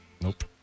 Nope